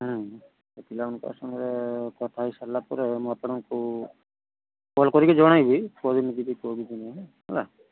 ପିଲାମାନଙ୍କ ସାଙ୍ଗରେ କଥା ହେଇସାରିଲା ପରେ ମୁଁ ଆପଣଙ୍କୁ କଲ୍ କରିକି ଜଣେଇବି କେଉଁଦିନ ଯିବି କେଉଁ ଦିନ ନା ହେଲା